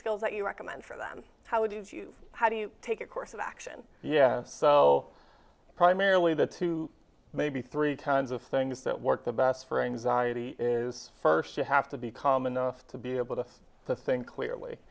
skills that you recommend for them how do you how do you take a course of action yeah so primarily the two maybe three tons of things that work the best for anxiety is first you have to be calm enough to be able to to think clearly